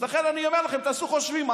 לכן אני אומר לכם, תעשו חושבים.